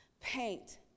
paint